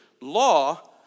law